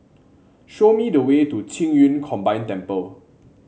show me the way to Qing Yun Combined Temple